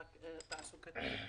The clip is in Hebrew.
הוא אמר